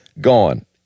gone